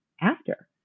after-